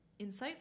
insightful